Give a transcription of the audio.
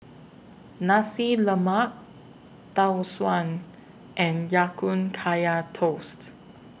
Nasi Lemak Tau Suan and Ya Kun Kaya Toast